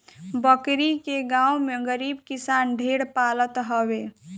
बकरी के गांव में गरीब किसान ढेर पालत हवे